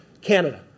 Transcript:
Canada